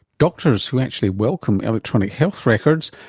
doctors who actually welcome electronic health records,